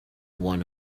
one